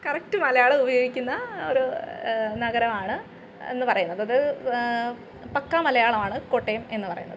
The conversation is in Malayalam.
കറക്റ്റ് മലയാളം ഉപയോഗിക്കുന്ന ആ ഒരു നഗരമാണ് എന്നു പറയുന്നത് അത് പക്കാ മലയാളം ആണ് കോട്ടയം എന്നു പറയുന്നത്